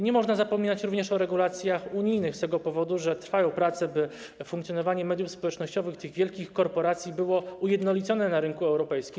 Nie można zapominać również o regulacjach unijnych z tego powodu, że trwają prace nad tym, by funkcjonowanie mediów społecznościowych, wielkich korporacji było ujednolicone na rynku europejskim.